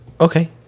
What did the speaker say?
Okay